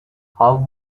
how